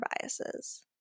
biases